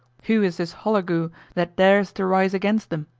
who is this holagou that dares to rise against them?